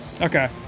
Okay